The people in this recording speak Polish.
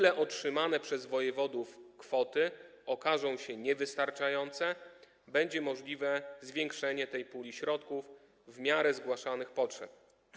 Jeśli otrzymane przez wojewodów kwoty okażą się niewystarczające, będzie możliwe zwiększanie tej puli środków w miarę zgłaszanych potrzeb.